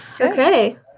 okay